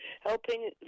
helping